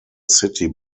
city